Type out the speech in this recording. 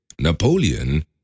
Napoleon